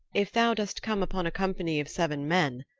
if thou dost come upon a company of seven men,